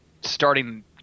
starting